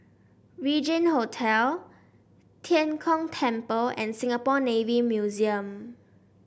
Regin Hotel Tian Kong Temple and Singapore Navy Museum